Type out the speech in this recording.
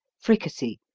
fricassee.